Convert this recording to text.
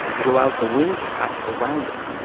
it allows the wind to pass around it.